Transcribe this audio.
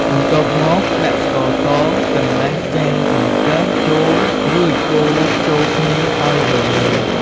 បន្ទាប់មក ដាក់ ស្ករស កន្លះចានចង្កឹះ ចូល រួចកូរចូលគ្នាឱ្យរលាយ។